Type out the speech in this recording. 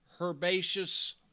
Herbaceous